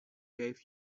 gave